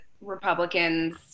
Republicans